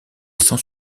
sans